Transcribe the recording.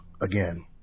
Again